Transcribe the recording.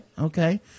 okay